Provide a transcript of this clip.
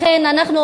זה נישואים בכפייה.